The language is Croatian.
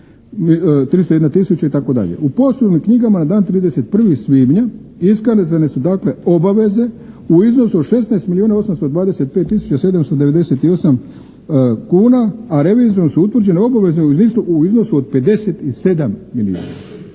U poslovnim knjigama na dan 31. svibnja iskazane su dakle obaveze u iznosu od 16 milijuna 825 tisuća 798 kuna, a revizijom su utvrđene obaveze u iznosu od 57 milijuna.